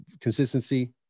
consistency